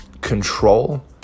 control